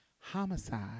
homicide